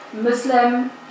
Muslim